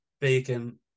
bacon